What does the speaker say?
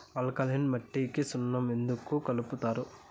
alkaline మట్టికి సున్నం ఎందుకు కలుపుతారు